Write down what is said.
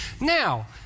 Now